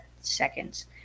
seconds